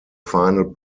final